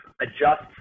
adjust